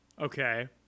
Okay